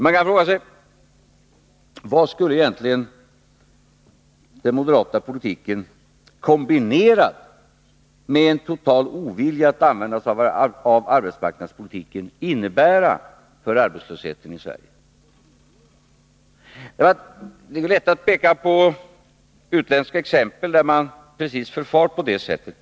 Man kan fråga sig: Vad skulle egentligen den moderata politiken, kombinerad med en total ovilja att använda sig av arbetsmarknadspolitiken, innebära för arbetslösheten i Sverige? Det går lätt att peka på utländska exempel, där man förfar på just det sättet.